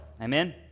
Amen